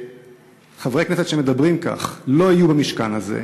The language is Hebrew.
שחברי כנסת שמדברים כך לא יהיו במשכן הזה,